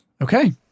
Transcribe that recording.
Okay